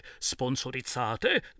sponsorizzate